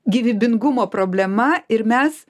gyvybingumo problema ir mes